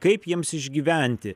kaip jiems išgyventi